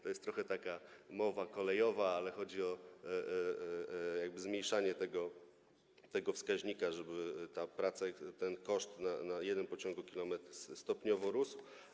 To jest trochę taka mowa kolejowa, ale chodzi o zmniejszanie tego wskaźnika, żeby ta praca, ten koszt na 1 pociągokilometr stopniowo rósł.